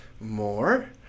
more